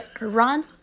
run